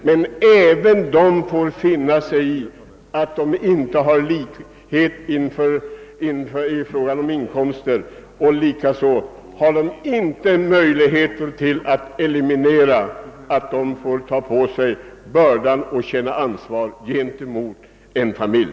Men även dessa grupper får finna sig i att det inte är likhet i fråga om inkomster, och inte heller kan de slippa undan »bördan» och ansvaret för en familj.